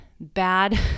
bad